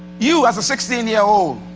you as a sixteen year old,